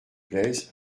plaisent